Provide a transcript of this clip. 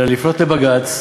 אלא לפנות לבג"ץ,